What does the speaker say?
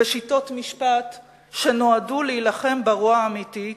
בשיטות משפט שנועדו להילחם ברוע האמיתי,